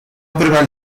aprueba